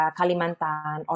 Kalimantan